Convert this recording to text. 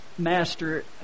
Master